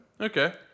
Okay